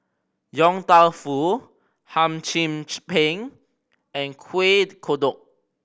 Yong Tau Foo hum chim peng and Kueh Kodok